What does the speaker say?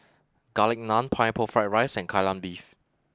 Garlic Naan Pineapple Fried Rice and Kai Lan Beef